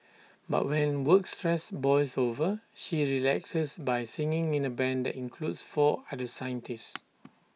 but when work stress boils over she relaxes by singing in A Band that includes four other scientists